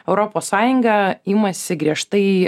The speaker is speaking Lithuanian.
europos sąjunga imasi griežtai